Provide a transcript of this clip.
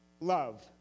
love